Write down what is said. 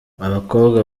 abakobwa